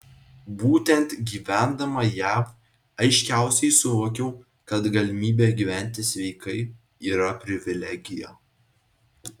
būtent gyvendama jav aiškiausiai suvokiau kad galimybė gyventi sveikai yra privilegija